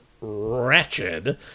wretched